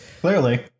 Clearly